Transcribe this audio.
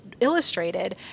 illustrated